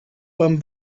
one